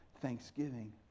Thanksgiving